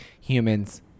humans